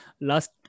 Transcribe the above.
Last